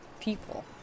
people